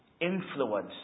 influence